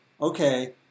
okay